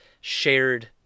shared